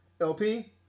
LP